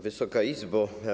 Wysoka Izbo!